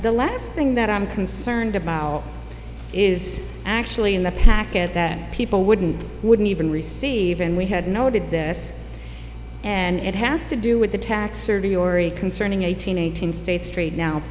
the last thing that i'm concerned about is actually in the package that people wouldn't wouldn't even receive and we had noted this and it has to do with the tax survey henri concerning eighteen eighteen states trade now